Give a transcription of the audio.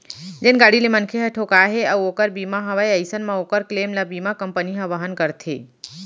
जेन गाड़ी ले मनखे ह ठोंकाय हे अउ ओकर बीमा हवय अइसन म ओकर क्लेम ल बीमा कंपनी ह वहन करथे